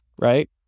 Right